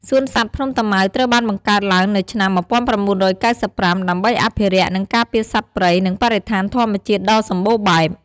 សួនសត្វភ្នំតាម៉ៅត្រូវបានបង្កើតឡើងនៅឆ្នាំ ១៩៩៥ ដើម្បីអភិរក្ស និងការពារសត្វព្រៃ និងបរិស្ថានធម្មជាតិដ៏សម្បូរបែប។